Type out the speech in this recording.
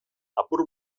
apur